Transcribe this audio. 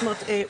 זאת אומרת,